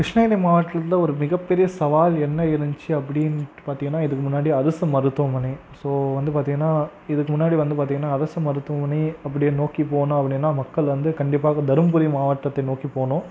கிருஷ்ணகிரி மாவட்டத்தில் ஒரு மிகப்பெரிய சவால் என்ன இருந்துச்சுனா அப்படினு பார்த்திங்கனா இதுக்கு முன்னாடி அரசு மருத்துவமனை ஸோ வந்து பார்த்திங்கனா இதுக்கு முன்னாடி வந்து பார்த்திங்கனா அரசு மருத்துவமனை அப்படியே நோக்கி போனால் அப்படினா மக்கள் வந்து கண்டிப்பாக தர்மபுரி மாவட்டத்தை நோக்கி போகணும்